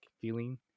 feeling